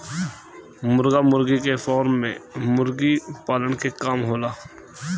मुर्गा मुर्गी के फार्म में मुर्गी पालन के काम होला